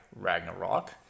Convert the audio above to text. Ragnarok